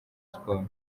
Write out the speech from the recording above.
siporo